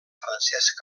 francesc